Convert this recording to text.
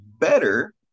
better